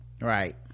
right